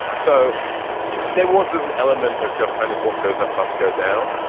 so there was an element of just kind of what goes up must go down.